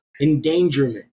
endangerment